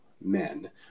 men